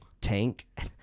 Tank